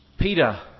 Peter